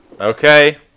Okay